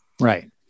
Right